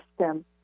system